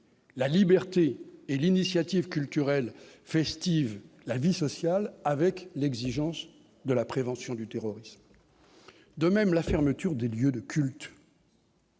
la liberté et l'initiative culturelle festives, la vie sociale avec l'exigence de la prévention du terrorisme, de même la fermeture des lieux de culte.